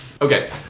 Okay